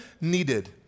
needed